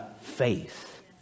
faith